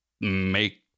make